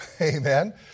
amen